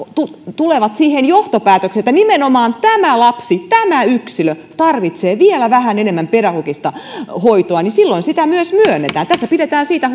tulevat siihen johtopäätökseen että nimenomaan tämä lapsi tämä yksilö tarvitsee vielä vähän enemmän pedagogista hoitoa ja silloin sitä myös myönnetään tässä pidetään siitä